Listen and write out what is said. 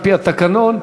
על-פי התקנון דקה.